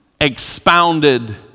expounded